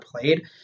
played